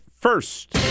first